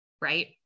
Right